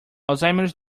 alzheimer’s